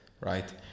right